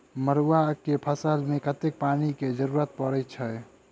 मड़ुआ केँ फसल मे कतेक पानि केँ जरूरत परै छैय?